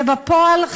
בפועל,